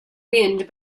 wind